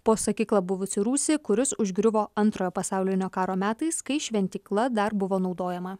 po sakykla buvusį rūsį kuris užgriuvo antrojo pasaulinio karo metais kai šventykla dar buvo naudojama